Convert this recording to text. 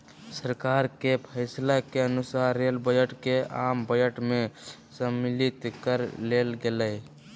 सरकार के फैसला के अनुसार रेल बजट के आम बजट में सम्मलित कर लेल गेलय